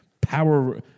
power